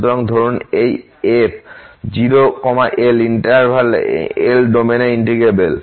সুতরাং ধরুন এই f 0 L ডোমেইন এ ইন্টিগ্রেবল